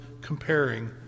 comparing